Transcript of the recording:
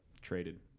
traded